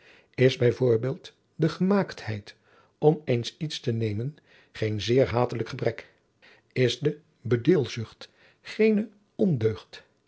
de gemaaktheid om eens iets te nemen geen zeer hatelijk gebrek is de bedilzucht geene ondeugd